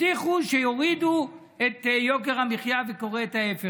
הבטיחו שיורידו את יוקר המחיה וקורה ההפך.